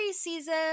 season